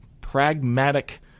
pragmatic